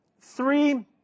three